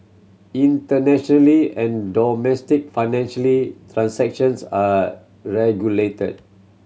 internationally and domestic financially transactions are regulated